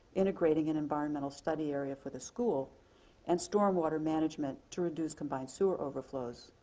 integrating an environmental study area for the school and storm water management to reduce combined sewer overflows.